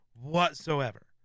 whatsoever